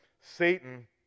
Satan